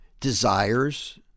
desires